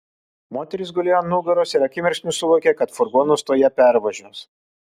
moteris gulėjo ant nugaros ir akimirksniu suvokė kad furgonas tuoj ją pervažiuos